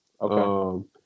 Okay